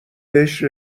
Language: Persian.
بهش